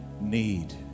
need